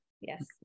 Yes